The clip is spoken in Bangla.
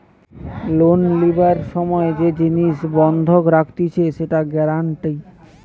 লোন লিবার সময় যে জিনিস বন্ধক রাখতিছে সেটা গ্যারান্টি